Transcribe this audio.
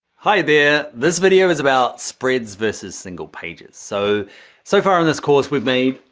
hi, there. this video is about spreads versus single pages. so so far in this course we've made,